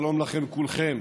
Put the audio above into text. שלום לכם, כולכם.